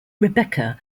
rebecca